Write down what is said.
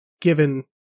given